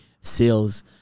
Sales